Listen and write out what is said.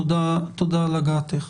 תודה על הגעתך,